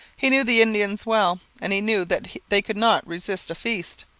he knew the indians well and he knew that they could not resist a feast,